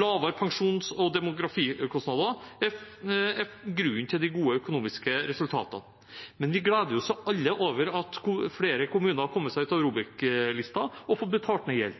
lavere pensjons- og demografikostnader, er grunnen til de gode økonomiske resultatene. Vi gleder oss jo alle over at flere kommuner har kommet seg ut av ROBEK-lista og får betalt ned gjeld,